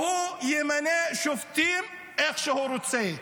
והוא ימנה שופטים איך שהוא רוצה.